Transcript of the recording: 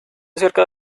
cerca